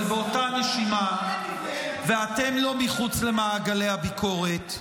אבל באותה נשימה, ואתם לא מחוץ למעגלי הביקורת,